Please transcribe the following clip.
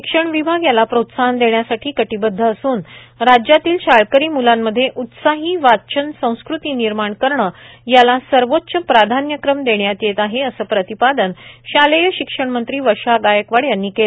शिक्षण विभाग याला प्रोत्साहन देण्यासाठी कटिबद्ध असून राज्यातील शाळकरी म्लांमध्ये उत्साही वाचन संस्कृती निर्माण करणे याला सर्वोच्च प्राधान्यक्रम देण्यात येत आहे असे प्रतिपादन शालेय शिक्षण मंत्री वर्षा गायकवाड यांनी केले